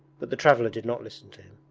but the traveller did not listen to him.